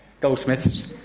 Goldsmiths